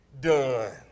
done